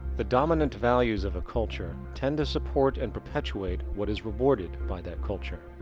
the dominant values of a culture tend to support and perpetuate what is rewarded by that culture.